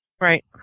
Right